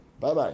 Bye-bye